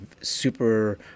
super